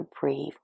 breathe